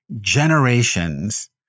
generations